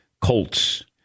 Colts